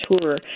tour